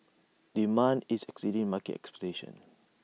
demand is exceeding market expectations